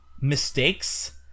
mistakes